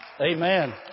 Amen